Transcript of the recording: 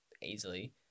easily